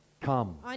Come